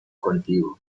contigo